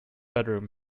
bedroom